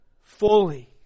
fully